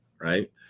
right